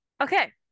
Okay